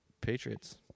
Patriots